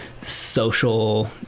social